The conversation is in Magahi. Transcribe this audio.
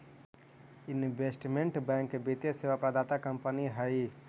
इन्वेस्टमेंट बैंक वित्तीय सेवा प्रदाता कंपनी हई